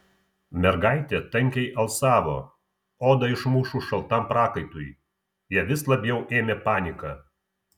mergaitė tankiai alsavo odą išmušus šaltam prakaitui ją vis labiau ėmė panika